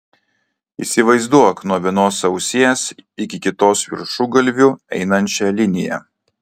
įsivaizduok nuo vienos ausies iki kitos viršugalviu einančią liniją